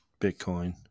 Bitcoin